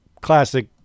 classic